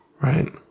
right